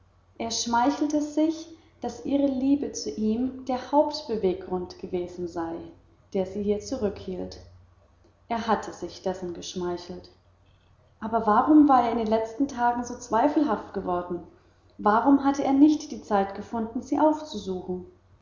er schmeichelte sich daß ihre liebe zu ihm der hauptbeweggrund gewesen sei der sie hier zurückhielt er hatte sich dessen geschmeichelt aber warum war er in den letzten tagen so zweifelhaft geworden warum hatte er nicht die zeit gefunden sie aufzusuchen